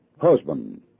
Husband